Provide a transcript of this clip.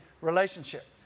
relationship